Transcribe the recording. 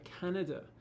Canada